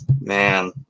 Man